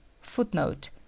Footnote